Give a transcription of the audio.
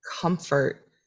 comfort